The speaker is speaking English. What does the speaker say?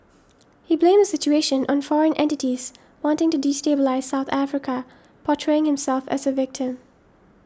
he blamed the situation on foreign entities wanting to destabilise South Africa portraying himself as a victim